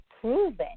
proven